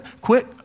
quit